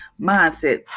mindset